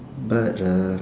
but uh